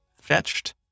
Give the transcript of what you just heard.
fetched